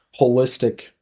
holistic